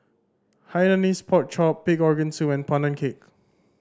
Hainanese Pork Chop pig organ soup and Pandan Cake